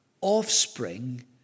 offspring